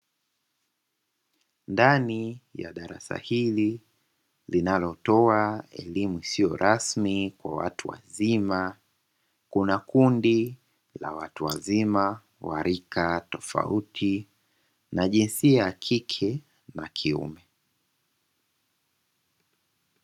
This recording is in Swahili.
Ndani ya darasa hili linalotoa elimu isiyo rasmi kwa watu wazima kuna kundi la watu wazima wa rika tofauti na jinsia ya kike na kiume.